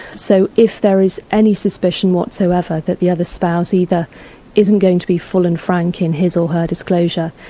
so if there is any suspicion whatsoever that the other spouse either isn't going to be full and frank in his or her disclosure,